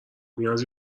نیازی